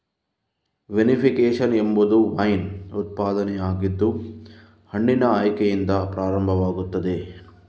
vinification ಎಂಬುದು wine ಉತ್ಪಾದನೆಯಾಗಿದ್ದು ಹಣ್ಣಿನ ಆಯ್ಕೆಯಿಂದ ಪ್ರಾರಂಭವಾಗುತ್ತದೆ